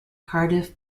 cardiff